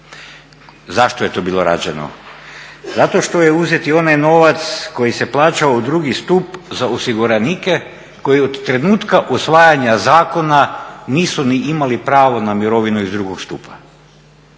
Zašto je to bilo rađeno? Zato što je uzeti onaj novac koji se plaćao u drugi stup za osiguranike koji od trenutka usvajanja zakona nisu ni imali pravo na mirovinu iz drugog stupa.